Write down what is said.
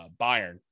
Bayern